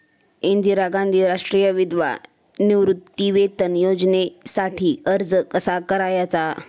इंदिरा गांधी राष्ट्रीय विधवा निवृत्तीवेतन योजनेसाठी अर्ज कसा करायचा?